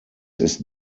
ist